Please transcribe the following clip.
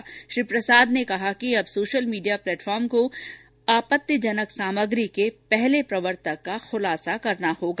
श्री रवि शंकर प्रसाद ने कहा कि अब सोशल मीडिया प्लेटफार्मों को आपत्तिजनक सामग्री के पहले प्रवर्तक का खुलासा करना होगा